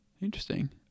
Interesting